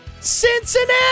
Cincinnati